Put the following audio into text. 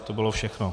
To bylo všechno.